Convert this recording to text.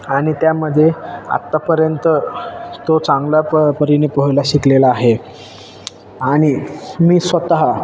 आणि त्यामध्ये आत्तापर्यंत तो चांगला प परीने पोहायला शिकलेला आहे आणि मी स्वतः